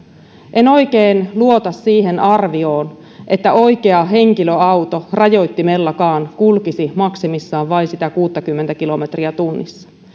en oikein luota siihen arvioon että oikea henkilöauto rajoittimellakaan kulkisi maksimissaan vain sitä kuuttakymmentä kilometriä tunnissa